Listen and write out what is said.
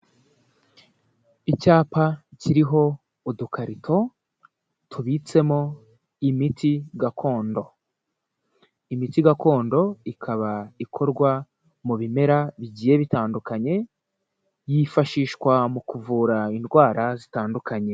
Icyapa kiriho udukarito tubitsemo imiti gakondo, imiti gakondo ikaba ikorwa mu bimera bigiye bitandukanye, yifashishwa mu kuvura indwara zitandukanye.